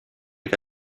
est